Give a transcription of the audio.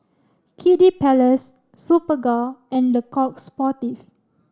Kiddy Palace Superga and Le Coq Sportif